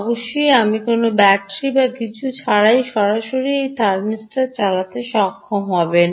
অবশ্যই আপনি কোনও ব্যাটারি বা কিছু ছাড়াই সরাসরি এই ইলেক্ট্রনিক্সগুলির সাথেএই থার্মিস্টর চালাতে সক্ষম হবেন